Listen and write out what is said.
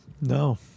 No